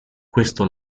questo